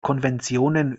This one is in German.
konventionen